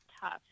tough